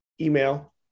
email